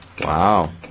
Wow